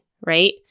right